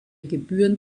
gebühren